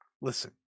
listen